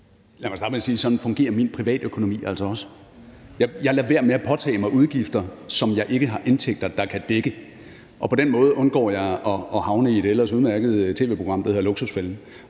Lad mig starte med at sige, at sådan fungerer min privatøkonomi altså også. Jeg lader være med at påtage mig udgifter, som jeg ikke har indtægter der kan dække, og på den måde undgår jeg at havne i det ellers udmærkede tv-program, der hedder »Luksusfælden«,